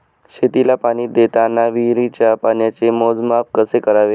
शेतीला पाणी देताना विहिरीच्या पाण्याचे मोजमाप कसे करावे?